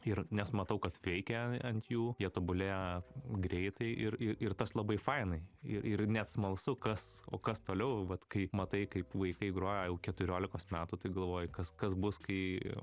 ir nes matau kad veikia ant jų jie tobulėja greitai ir ir ir tas labai fainai ir net smalsu kas o kas toliau vat kai matai kaip vaikai groja jau keturiolikos metų tu galvoji kas kas bus kai